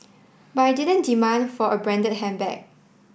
but I didn't demand for a branded handbag